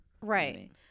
Right